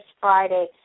friday